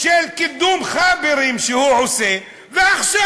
של קידום "חאפרים" שהוא עושה, ועכשיו,